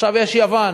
עכשיו יש יוון.